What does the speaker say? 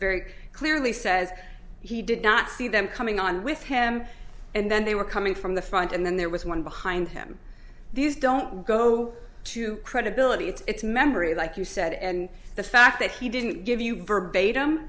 very clearly says he did not see them coming on with him and then they were coming from the front and then there was one behind him these don't go to credibility it's memory like you said and the fact that he didn't give you verbatim